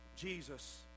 Jesus